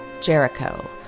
Jericho